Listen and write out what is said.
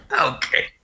Okay